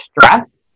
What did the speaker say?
stress